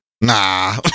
nah